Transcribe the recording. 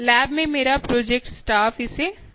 lab में मेरा project staff इसे देख रहा था